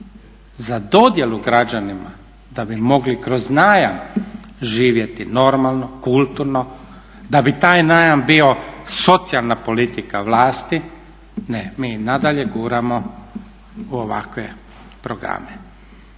za dodjelu građanima da bi mogli kroz najam živjeti normalno, kulturno, da bi taj najam bio socijalna politika vlasti, ne, mi i nadalje guramo u ovakve programe.